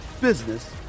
business